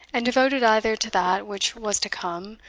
and devoted either to that which was to come,